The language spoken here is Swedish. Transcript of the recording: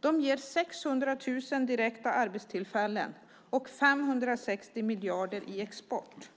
De ger 600 000 direkta arbetstillfällen och 560 miljarder i export.